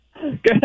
Good